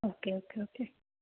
okay okay okay